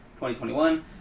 2021